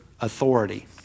authority